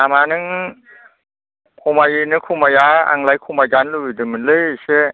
दामा नों खमायो ना खमाया आंलाय खमाय जानो लुबैदोंमोन लै इसे